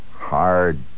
hard